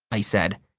i said.